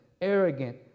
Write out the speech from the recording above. arrogant